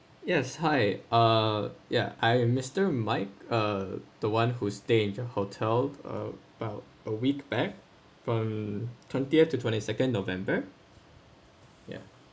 yes hi uh ya I am mister mike uh the one who stay in the hotel about a week back from twentieth to twenty second november ya